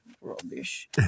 rubbish